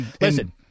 listen—